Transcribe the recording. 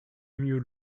mieux